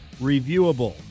reviewable